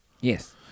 Yes